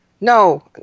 No